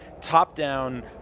top-down